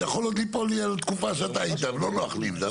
זה יכול עוד ליפול לי על תקופה שאתה היית ולא נוח לי עם זה.